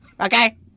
Okay